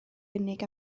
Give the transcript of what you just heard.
unig